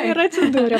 ir atsidūriau